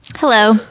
Hello